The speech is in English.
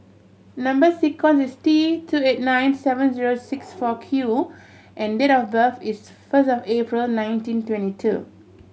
number sequence is T two eight nine seven zero six four Q and date of birth is first of April nineteen twenty two